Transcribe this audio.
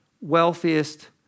wealthiest